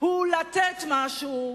הוא לתת משהו,